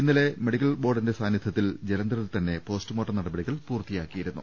ഇന്നലെ മെഡിക്കൽ ബോർഡിന്റെ സാന്നിധ്യത്തിൽ ജല ന്ധറിൽതന്നെ പോസ്റ്റുമോർട്ടം നടപടികൾ പൂർത്തിയാക്കിയിരുന്നു